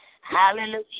Hallelujah